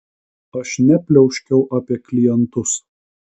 aš nepliauškiau apie klientus